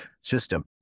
system